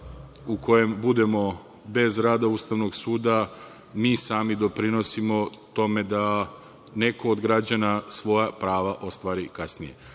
u kojem budemo bez rada Ustavnog suda mi sami doprinosimo tome da neko od građana svoja prava ostvari kasnije.